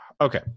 Okay